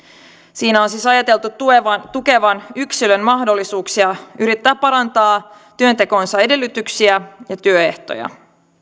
sen on siis ajateltu tukevan tukevan yksilön mahdollisuuksia yrittää parantaa työntekonsa edellytyksiä ja työehtoja